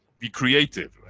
be creative,